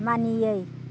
मानियै